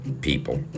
People